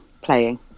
playing